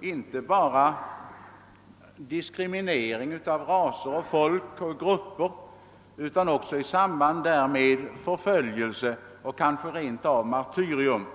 inte bara diskriminering av raser, folk och grupper utan också i samband därmed förföljelse och kanske rent av martyrium.